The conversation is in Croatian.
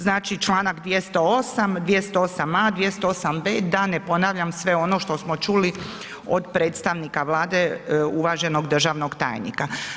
Znači, Članak 208., 208a., 208b., da ne ponavljam sve ono što smo čuli od predstavnika Vlade uvaženog državnog tajnika.